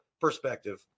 perspective